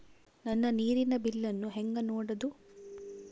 ನನ್ನ ನೇರಿನ ಬಿಲ್ಲನ್ನು ಹೆಂಗ ನೋಡದು?